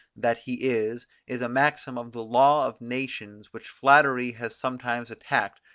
that he is, is a maxim of the law of nations which flattery has sometimes attacked,